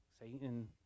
Satan